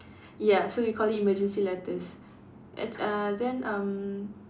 ya so we call it emergency letters at uh then um